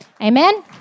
Amen